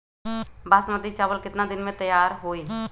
बासमती चावल केतना दिन में तयार होई?